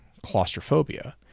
claustrophobia